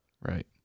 Right